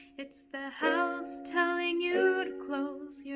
it's the house telling you to close your